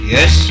Yes